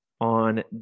on